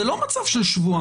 זה לא מצב של שבועיים.